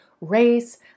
race